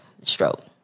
stroke